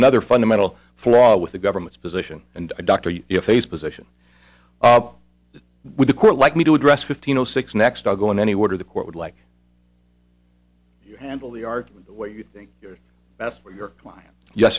another fundamental flaw with the government's position and dr you efface position that with a court like me to address fifteen zero six next are going anywhere the court would like you handle the argument the way you think you're best for your client yes